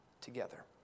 together